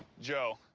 joe,